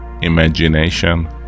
imagination